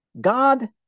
God